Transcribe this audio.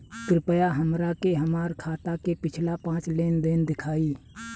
कृपया हमरा के हमार खाता के पिछला पांच लेनदेन देखाईं